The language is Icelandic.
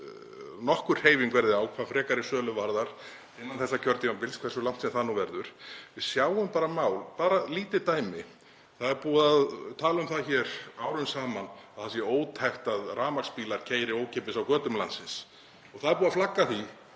nokkur hreyfing verði á hvað frekari sölu varðar innan þessa kjörtímabils, hversu langt sem það nú verður. Við sjáum bara lítið dæmi: Það er búið að tala um það hér árum saman að það sé ótækt að rafmagnsbílar keyri ókeypis á götum landsins og það er búið að flagga því